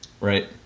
right